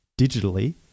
digitally